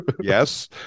Yes